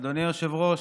אדוני היושב-ראש,